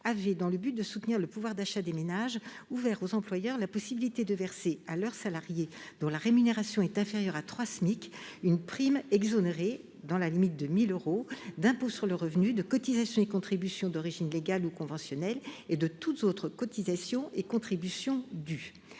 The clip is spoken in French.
avait, dans le but de soutenir le pouvoir d'achat des ménages, ouvert aux employeurs la possibilité de verser à leurs salariés dont la rémunération est inférieure à trois SMIC une prime exonérée, dans la limite de 1 000 euros, d'impôt sur le revenu, de cotisations et contributions d'origine légale ou conventionnelle et de tout autres cotisation et contribution dues.